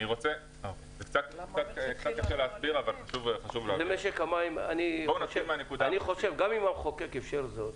זה קצת קשה להסביר אבל חשוב --- אני חושב שגם אם המחוקק אישר זאת,